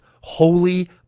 Holy